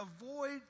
avoid